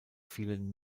fielen